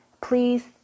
Please